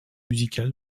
musical